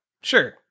sure